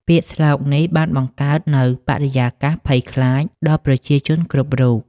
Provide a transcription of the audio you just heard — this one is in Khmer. ពាក្យស្លោកនេះបានបង្កើតនូវបរិយាកាសភ័យខ្លាចដល់ប្រជាជនគ្រប់រូប។